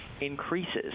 increases